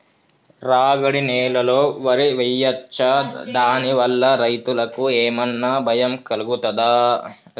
రాగడి నేలలో వరి వేయచ్చా దాని వల్ల రైతులకు ఏమన్నా భయం కలుగుతదా?